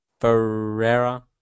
Ferrera